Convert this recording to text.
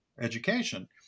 education